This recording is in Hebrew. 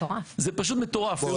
זה פשוט מטורף.